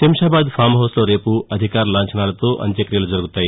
Shamshabad farm హౌస్లో రేపు అధికార లాంఛనాలతో అంత్యక్రియలు జరగనున్నాయి